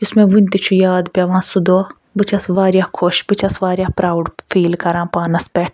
یُس مےٚ وُنہِ تہِ چھُ یاد پیٚوان سُہ دۄہ بہٕ چھَس واریاہ خۄش بہٕ چھَس واریاہ پراوٕڈ فیٖل کران پانَس پٮ۪ٹھ